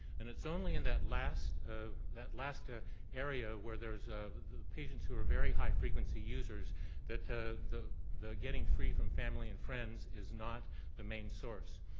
and it's only in that last ah that last ah area where there's ah patients who are very high frequency users that ah the the getting free from family and friends is not the main source.